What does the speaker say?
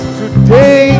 today